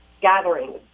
gatherings